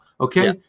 Okay